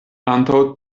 antaŭ